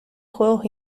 juegos